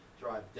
drive